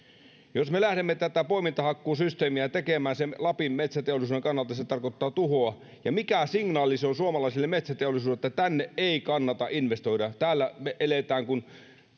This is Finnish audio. jos me lähdemme tätä poimintahakkuusysteemiä tekemään lapin metsäteollisuuden kannalta se tarkoittaa tuhoa mikä signaali se on suomalaiselle metsäteollisuudelle että tänne ei kannata investoida että täällä